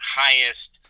highest